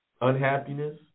unhappiness